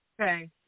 Okay